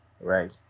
right